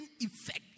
effect